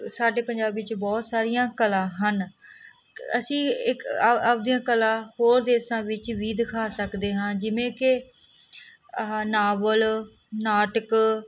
ਸਾਡੇ ਪੰਜਾਬ ਵਿੱਚ ਬਹੁਤ ਸਾਰੀਆਂ ਕਲਾ ਹਨ ਅਸੀਂ ਇੱਕ ਆਪਦੀਆਂ ਕਲਾ ਹੋਰ ਦੇਸ਼ਾਂ ਵਿੱਚ ਵੀ ਦਿਖਾ ਸਕਦੇ ਹਾਂ ਜਿਵੇਂ ਕਿ ਆਹਾ ਨਾਵਲ ਨਾਟਕ